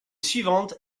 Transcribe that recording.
suivante